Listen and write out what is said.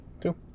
Two